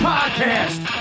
Podcast